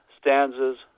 stanzas